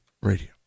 Radio